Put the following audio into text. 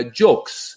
jokes